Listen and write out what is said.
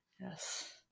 Yes